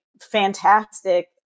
fantastic